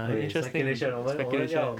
okay speculation 我们我们要